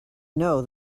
know